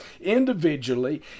individually